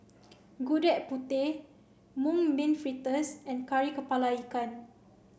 Gudeg Putih mung bean fritters and Kari Kepala Ikan